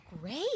Great